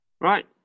Right